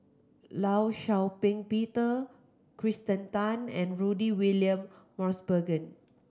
Law Shau Ping Peter Kirsten Tan and Rudy William Mosbergen